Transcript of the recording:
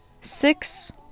six